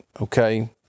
okay